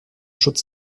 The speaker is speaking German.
schutz